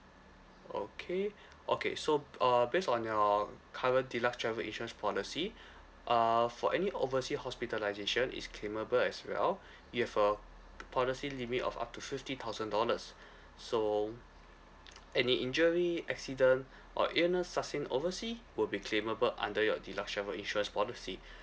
okay okay so uh based on your current deluxe travel insurance policy uh for any oversea hospitalisation is claimable as well you have a p~ policy limit of up to fifty thousand dollars so any injury accident or illness sustain oversea would be claimable under your deluxe travel insurance policy